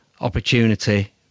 opportunity